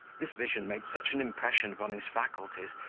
this vision made such an impression upon his faculties,